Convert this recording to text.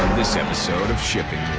this episode of shipping